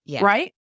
right